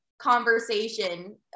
conversation